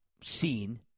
seen